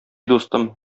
дустым